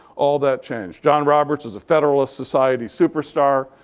all that changed. john roberts was a federalist society superstar.